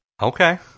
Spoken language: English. Okay